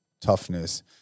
toughness